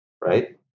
right